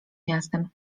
miastem